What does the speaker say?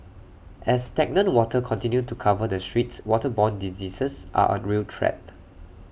as stagnant water continue to cover the streets waterborne diseases are A real threat